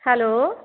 hello